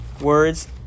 Words